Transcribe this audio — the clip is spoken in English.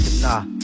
nah